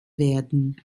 werden